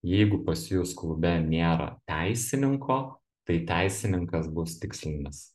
jeigu pas jus klube nėra teisininko tai teisininkas bus tikslinis